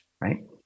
right